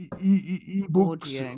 E-books